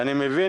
אני מבין